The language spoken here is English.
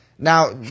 Now